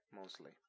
mostly